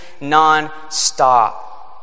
non-stop